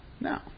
No